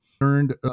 earned